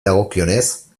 dagokionez